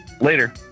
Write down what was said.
Later